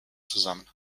zusammen